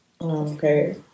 okay